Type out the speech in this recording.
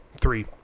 Three